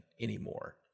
anymore